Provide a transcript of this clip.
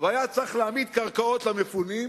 והיה צריך להעמיד קרקעות למפונים,